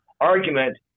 argument